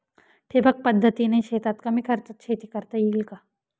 ठिबक पद्धतीने शेतात कमी खर्चात शेती करता येईल का?